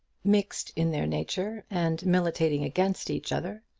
mixed in their nature and militating against each other,